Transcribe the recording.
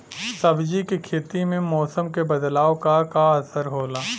सब्जी के खेती में मौसम के बदलाव क का असर होला?